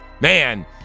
Man